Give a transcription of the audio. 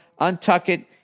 Untuckit